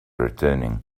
returning